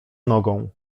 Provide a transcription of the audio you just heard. nogą